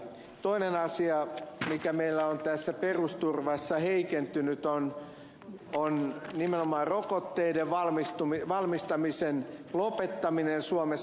toinen asia mikä meillä on tässä perusturvassa heikentynyt on nimenomaan rokotteiden valmistamisen lopettaminen suomessa